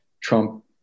Trump